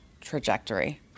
trajectory